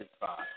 five